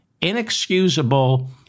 inexcusable